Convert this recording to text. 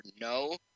No